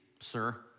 sir